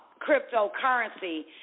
cryptocurrency